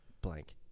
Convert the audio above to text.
Blank